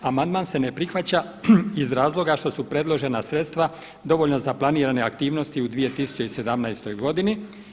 Amandman se ne prihvaća iz razloga što su predložena sredstva dovoljna za planirane aktivnosti u 2017. godini.